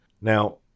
Now